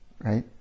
right